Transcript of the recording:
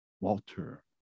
Walter